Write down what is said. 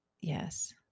yes